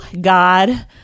god